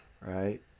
right